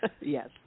yes